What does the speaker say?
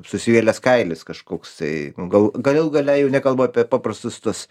susivėlęs kailis kažkoksai nu gal galų gale jau nekalbu apie paprastus tuos